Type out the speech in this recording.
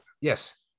Yes